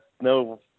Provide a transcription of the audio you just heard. no